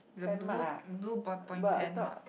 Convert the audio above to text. the blue blue ballpoint pen mark